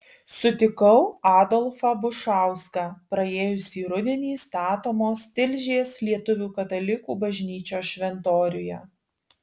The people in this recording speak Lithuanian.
sutikau adolfą bušauską praėjusį rudenį statomos tilžės lietuvių katalikų bažnyčios šventoriuje